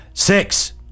Six